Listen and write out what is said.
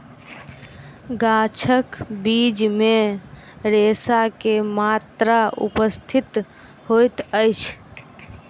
गाछक बीज मे रेशा के मात्रा उपस्थित होइत अछि